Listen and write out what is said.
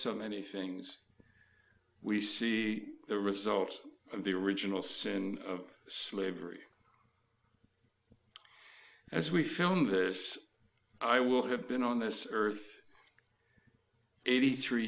so many things we see the result of the original sin of slavery as we found this i will have been on this earth eighty three